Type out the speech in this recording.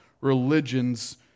religions